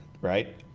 right